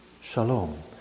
Shalom